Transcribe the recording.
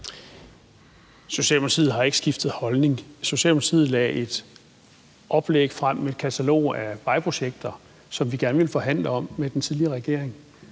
Socialdemokratiet har ikke skiftet holdning. Socialdemokratiet lagde et oplæg frem med et katalog af vejprojekter, som vi gerne ville forhandle om med den tidligere regering,